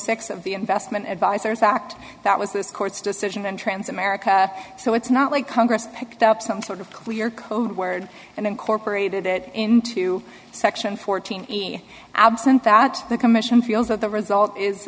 six of the investment advisers act that was this court's decision and trans america so it's not like congress picked up some sort of clear code word and incorporated it into section fourteen absent that the commission feels that the result is